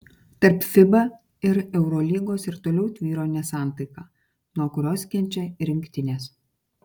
tarp fiba ir eurolygos ir toliau tvyro nesantaika nuo kurios kenčia rinktinės